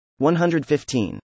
115